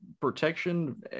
protection